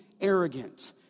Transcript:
arrogant